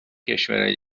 کشورای